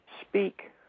Speak